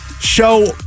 show